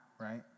right